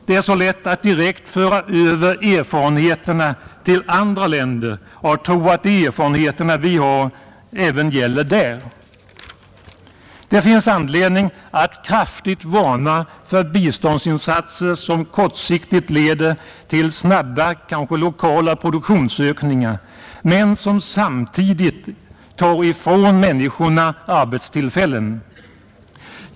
Det är så lätt att direkt föra över våra erfarenheter till andra länder och tro att de erfarenheter vi har även gäller där. Det finns anledning att kraftigt varna för biståndsinsatser som kortsiktigt leder till snabba, kanske lokala produktionsökningar men som samtidigt tar ifrån människorna arbetstillfällen.